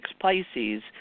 Pisces